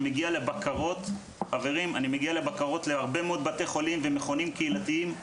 כשאני מגיע לביקורות בבתי חולים ובמכונים קהילתיים,